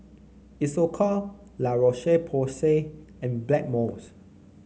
Isocal La Roche Porsay and Blackmores